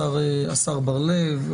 השר בר לב,